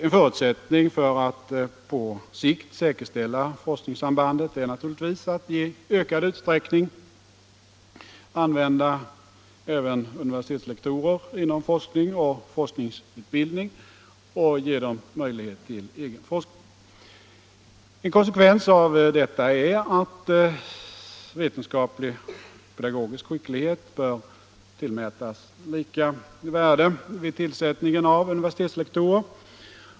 En förutsättning för att på sikt säkerställa forskningssambandet är naturligtvis att i ökad utsträckning använda även universitetslektorer inom forskning och forskarutbildning och ge dem möjlighet till egen forskning. En konsekvens av detta är att vetenskaplig och pedagogisk skicklighet bör tillmätas lika värde vid tillsättningen av universitetslektorer.